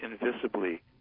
invisibly